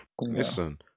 Listen